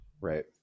Right